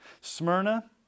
Smyrna